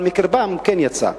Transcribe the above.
אבל מקרבם כן יצא.